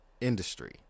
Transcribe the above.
industry